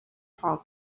paul